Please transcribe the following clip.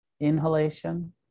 inhalation